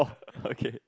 okay